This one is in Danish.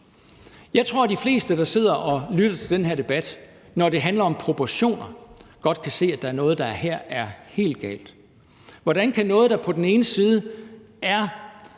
Jeg tror, de fleste, der sidder og lytter til den her debat, godt kan se, at når det handler om proportioner, er der noget, der er helt galt her. Hvordan kan noget, der den ene dag